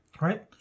Right